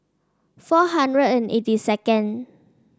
four hundred and eighty second